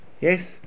yes